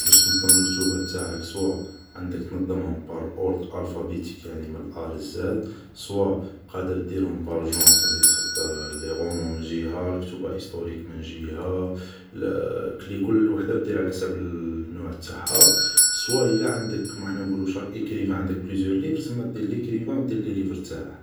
باش تنضم لكتوبا تاعك صوا عندك تنضمهم بار اوردر الفابيتيك يعني من ا ل زاد صوا قادر ديرهم بار جونر ، صافودير تحط لي غومون من جيها ، كتوبا هيستوريك من جيها ، كلي كل وحدا دير على حساب النوع تاعها ، صوا ادا عندك كيما حنا نقولو شاك اكريفان عندك بليزيور ليفر ، سما دير ليكريفان و دير لي ليفر تاعه